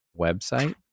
website